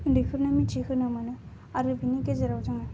उन्दैफोरनो मिथि होनो मोनो आरो बेनि गेजेराव जोङो